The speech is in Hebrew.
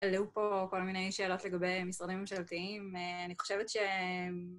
עלו פה כל מיני שאלות לגבי משרדים ממשלתיים, אני חושבת שהם...